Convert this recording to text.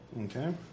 Okay